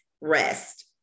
rest